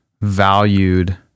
valued